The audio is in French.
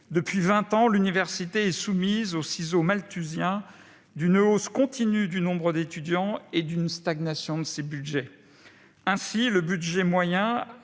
et que l'université est soumise aux ciseaux malthusiens d'une hausse continue du nombre d'étudiants et d'une stagnation de ses budgets. Le budget moyen